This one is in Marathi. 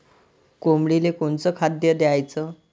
कोंबडीले कोनच खाद्य द्याच?